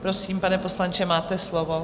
Prosím, pane poslanče, máte slovo.